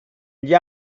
gli